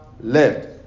left